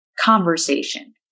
conversation